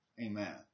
Amen